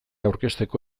aurkezteko